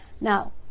Now